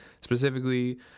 Specifically